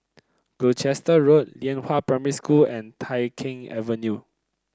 Gloucester Road Lianhua Primary School and Tai Keng Avenue